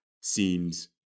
seems